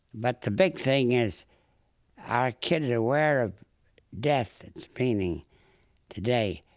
but the big thing is are kids aware of death, its meaning today?